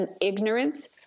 ignorance